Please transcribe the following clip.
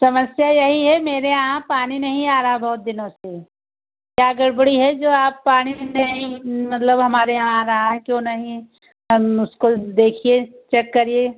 समस्या यही है मेरे यहाँ पानी नहीं आ रहा बहुत दिनों से क्या गड़बड़ है जो आप पानी नहीं मतलब हमारे यहाँ आ रहा है क्यों नहीं उसको देखिए चेक करिए